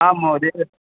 आम् महोदय